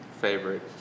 favorite